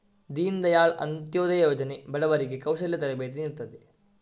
ದೀನ್ ದಯಾಳ್ ಅಂತ್ಯೋದಯ ಯೋಜನೆ ಬಡವರಿಗೆ ಕೌಶಲ್ಯ ತರಬೇತಿ ನೀಡ್ತದೆ